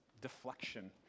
deflection